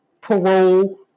parole